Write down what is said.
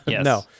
no